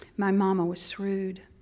my mama was shrewd.